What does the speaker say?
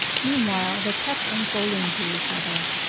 meanwhile they kept unfolding to each other,